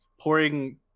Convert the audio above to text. pouring